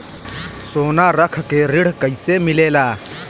सोना रख के ऋण कैसे मिलेला?